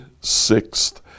sixth